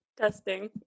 Testing